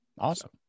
Awesome